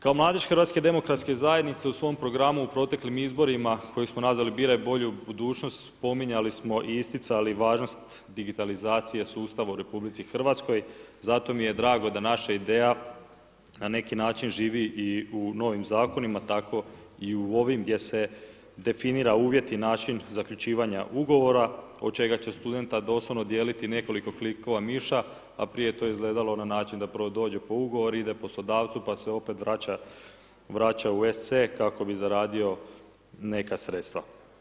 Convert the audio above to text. Kao mladić HDZ u svom programu u proteklim izborima, koju samo nazvali biraj bolju budućnost, spominjali smo i isticali važnost digitalizacije sustav u RH, zato mi je drago da naša ideja na neki način, živi i u novim zakonima, tako i u ovom, gdje se definiraju uvjeti i način zaključivanja ugovora, od čega će studenta, doslovno dijeliti nekoliko klikova miša, a prije je to izgledalo na način, da prvo dođe po ugovor, ide poslodavcu pa se opet vraća u SC kako bi zaradio neka sredstva.